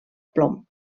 plom